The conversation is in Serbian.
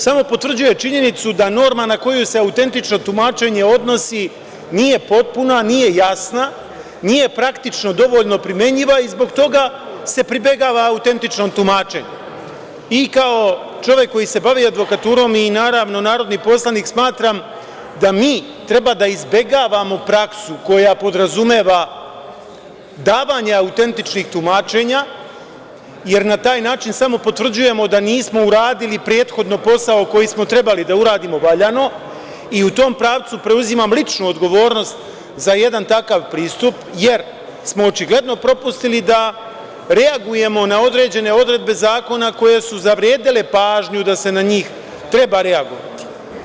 Samo potvrđuje činjenicu da norma na koju se autentično tumačenje odnosi nije potpuna, nije jasna, nije praktično dovoljno primenjiva i zbog toga se pribegava autentičnom tumačenju i kao čovek koji se bavi advokaturom i naravno narodni poslanik smatram da mi treba da izbegavamo praksu koja podrazumeva davanje autentičnih tumačenja, jer na taj način samo potvrđujemo da nismo uradili prethodno posao koji smo trebali da uradimo valjano i u tom pravcu preuzimam ličnu odgovornost za jedan takav pristup, jer smo očigledno propustili da reagujemo na određene odredbe zakone koje su zavredele pažnju da se na njih treba reagovati.